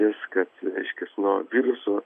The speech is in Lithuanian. viskas reiškias nuo viruso